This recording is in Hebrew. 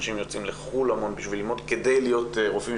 אנשים יוצאים לחו"ל המון בשביל ללמוד כדי להיות רופאים.